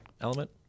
element